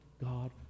God